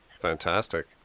fantastic